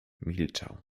milczał